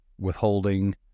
withholding